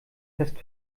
fest